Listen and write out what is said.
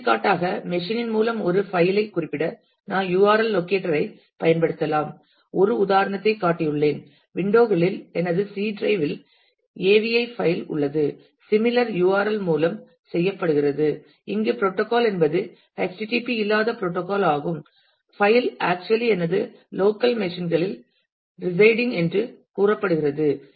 எடுத்துக்காட்டாக மெஷின் இன் மூலம் ஒரு பைல் ஐ குறிப்பிட நான் URL லொக்கேட்டரைப் பயன்படுத்தலாம் ஒரு உதாரணத்தைக் காட்டியுள்ளேன் விண்டோ களில் எனது சி டிரைவில் இல் ஏவிஐ பைல் உள்ளது சிமிலர் URL மூலம் செய்யப்படுகிறது இங்கு புரோட்டோகால் என்பது http இல்லாத புரோட்டோகால் ஆகும் பைல் ஆக்சுவலி எனது லோக்கல் மெஷின் களில் ரிசைடிங் என்று கூறப்படுகிறது